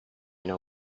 know